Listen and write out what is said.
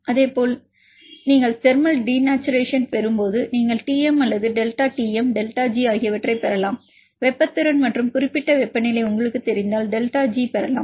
அதேபோல் நீங்கள் thermal denaturation பெறும்போது நீங்கள் அல்லது டெல்டா டிஎம் டெல்டா ஜி ஆகியவற்றைப் பெறலாம் வெப்ப திறன் மற்றும் குறிப்பிட்ட வெப்பநிலை உங்களுக்குத் தெரிந்தால் நீங்கள் டெல்டா ஜி பெறலாம்